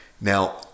now